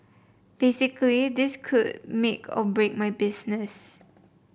basically this could make or break my business